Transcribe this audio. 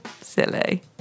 Silly